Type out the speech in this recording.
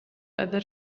other